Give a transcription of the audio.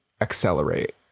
Accelerate